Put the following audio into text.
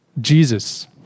Jesus